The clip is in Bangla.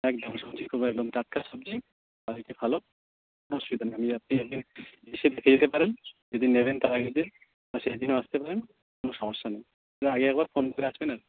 একদম সবজি খুব একদম টাটকা সবজি কোয়ালিটি ভালো কোনো অসুবিধা নেই এসে দেখে যেতে পারেন যেদিন নেবেন তার আগের দিন বা সেদিনও আসতে পারেন কোনও সমস্যা নেই শুধু আগে একবার ফোন করে আসবেন